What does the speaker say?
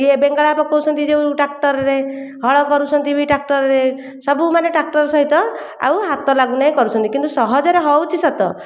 ଇଏ ବେଙ୍ଗଳା ପକାଉଛନ୍ତି ଯେଉଁ ଟ୍ରାକ୍ଟରରେ ହଳ କରୁଛନ୍ତି ବି ଟ୍ରାକ୍ଟରରେ ସବୁମାନେ ଟ୍ରାକ୍ଟର ସହିତ ଆଉ ହାତ ଲାଗୁନହିଁ କରୁଛନ୍ତି କିନ୍ତୁ ସହଜରେ ହେଉଛି ସତ